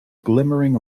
glimmering